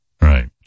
Right